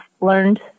learned